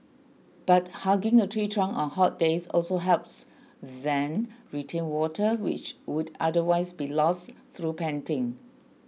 but hugging a tree trunk on hot days also helps then retain water which would otherwise be lost through panting